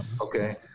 Okay